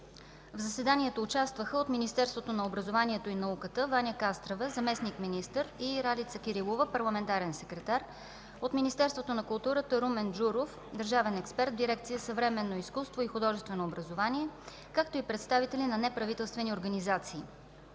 В заседанието участваха от Министерството на образованието и науката Ваня Кастрева – заместник-министър, и Ралица Кирилова – парламентарен секретар, от Министерството на културата Румен Джуров – държавен експерт в дирекция „Съвременно изкуство и художествено образование”, както и представители на неправителствени организации.